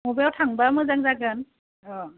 मबेयाव थांब्ला मोजां जागोन अ